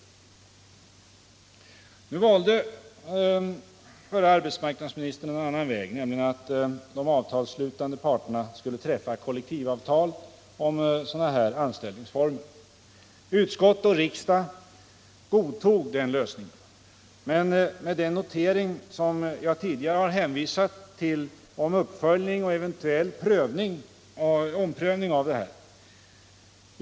Nu valde den förre arbetsmarknadsministern en annan väg, nämligen att de avtalsslutande parterna skulle träffa kollektivavtal om sådana här anställningsformer. Utskott och riksdag godtog denna lösning men med den notering som jag tidigare har hänvisat till om uppföljning och eventuell omprövning.